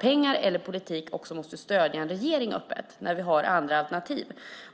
pengar eller politik också öppet måste stödja en regering när det finns andra alternativ.